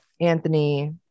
Anthony